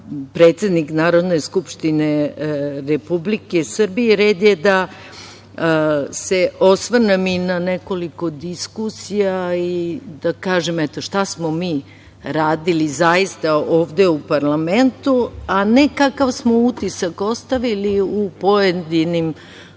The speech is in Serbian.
predsednik Narodne skupštine Republike Srbije, pa red je da se osvrnem i na nekoliko diskusija i da kažem šta smo mi zaista radili ovde u parlamentu, a ne kakav smo utisak ostavili u pojedinom